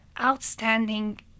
outstanding